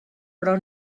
però